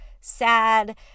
sad